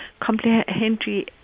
complementary